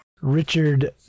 Richard